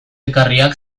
ekarriak